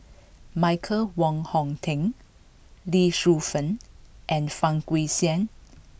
Michael Wong Hong Teng Lee Shu Fen and Fang Guixiang